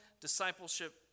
discipleship